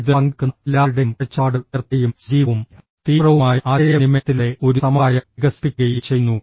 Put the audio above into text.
ഇത് പങ്കെടുക്കുന്ന എല്ലാവരുടെയും കാഴ്ചപ്പാടുകൾ ഉയർത്തുകയും സജീവവും തീവ്രവുമായ ആശയവിനിമയത്തിലൂടെ ഒരു സമവായം വികസിപ്പിക്കുകയും ചെയ്യുന്നു